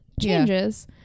Changes